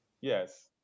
Yes